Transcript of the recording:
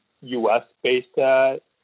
US-based